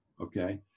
Okay